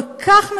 כל כך מבזה,